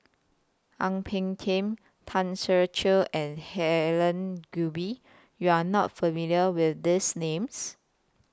Ang Peng Tiam Tan Ser Cher and Helen Gilbey YOU Are not familiar with These Names